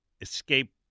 escape